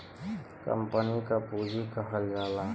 company क पुँजी कहल जाला